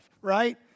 right